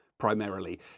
primarily